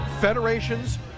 Federations